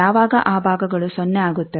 ಯಾವಾಗ ಆ ಭಾಗಗಳು ಸೊನ್ನೆ ಆಗುತ್ತವೆ